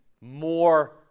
more